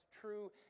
true